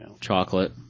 Chocolate